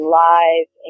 live